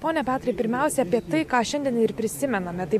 pone petrai pirmiausiai apie tai ką šiandien ir prisimename tai